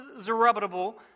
Zerubbabel